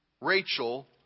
Rachel